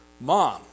mom